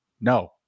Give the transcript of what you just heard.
no